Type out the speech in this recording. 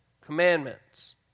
commandments